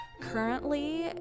currently